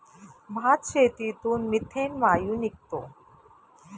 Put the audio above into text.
भातशेतीतून मिथेन वायू निघतो